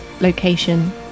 location